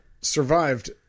survived